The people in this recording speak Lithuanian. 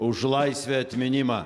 už laisvę atminimą